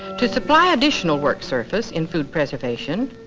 to supply additional work surface in food preservation.